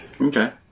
Okay